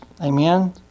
Amen